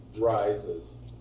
rises